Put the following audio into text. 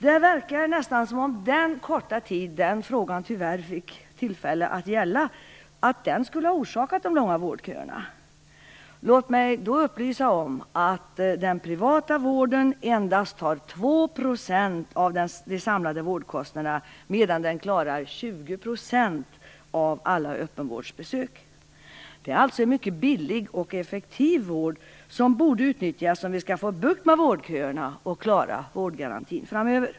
Det verkar nästan som om den fria etableringsrätten, under den korta tid som den tyvärr fick gälla, skulle ha orsakat de långa vårdköerna. Låt mig då upplysa om att den privata vården tar endast 2 % av de samlade vårdkostnaderna medan den klarar 20 % av alla öppenvårdsbesök. Det är alltså en mycket billig och effektiv vård som borde utnyttjas för att få bukt med vårdköerna och klara vårdgarantin framöver.